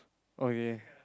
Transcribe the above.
okay